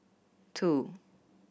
two